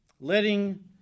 Letting